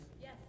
Yes